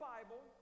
Bible